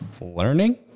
learning